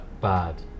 bad